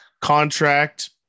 contract